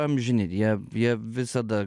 amžini jie jie visada